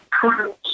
true